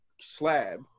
slab